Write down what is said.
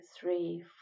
three